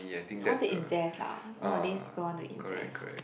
want to invest lah nowadays people want to invest